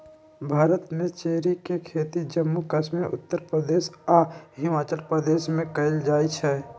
भारत में चेरी के खेती जम्मू कश्मीर उत्तर प्रदेश आ हिमाचल प्रदेश में कएल जाई छई